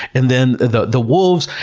and then the the wolves,